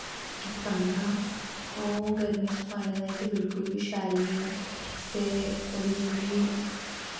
तंग हा ओह् गर्मियें च पाने ताईं ते बिलकुल वी शैल निं ऐ ते उ'दी जेह्ड़ी